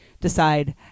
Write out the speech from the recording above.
decide